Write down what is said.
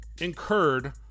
incurred